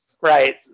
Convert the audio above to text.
right